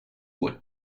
would